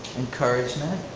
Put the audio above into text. encouragement.